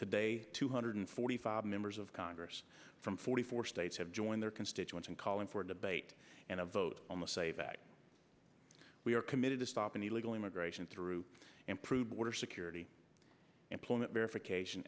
today two hundred forty five members of congress from forty four states have joined their constituents in calling for debate and a vote on the say that we are committed to stopping illegal immigration through improved border security employment verification